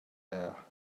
air